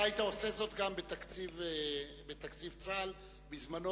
אתה היית עושה זאת גם בתקציב צה"ל בזמנו.